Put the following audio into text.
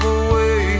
away